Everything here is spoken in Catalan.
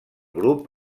grup